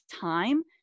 time